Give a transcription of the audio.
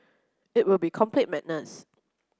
it would be complete madness